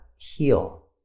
heal